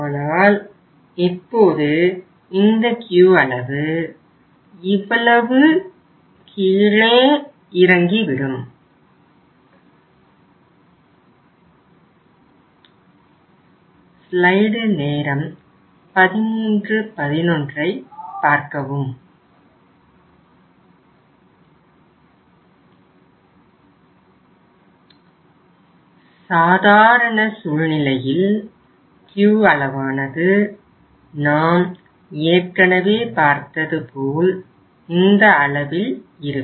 ஆனால் இப்போது இந்த Q அளவு இவ்வளவு கீழே இறங்கி விடும் சாதாரண சூழ்நிலையில் Q அளவானது நாம் ஏற்கனவே பார்த்தது போல் இந்த அளவில் இருக்கும்